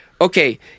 okay